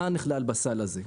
מה נכלל בסל הזה?